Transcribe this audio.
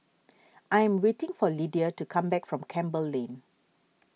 I am waiting for Lydia to come back from Campbell Lane